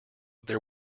there